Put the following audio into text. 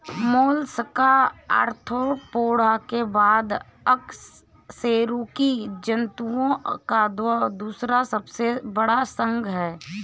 Mollusca Arthropoda के बाद अकशेरुकी जंतुओं का दूसरा सबसे बड़ा संघ है